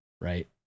right